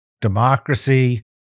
democracy